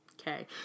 okay